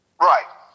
Right